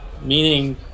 meaning